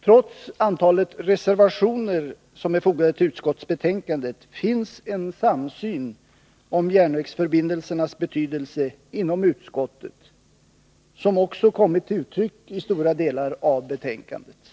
Trots antalet reservationer som är fogade till utskottsbetänkandet finns inom utskottet en samsyn i fråga om järnvägsförbindelsernas betydelse som också kommit till uttryck i stora delar av betänkandet.